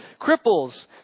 Cripples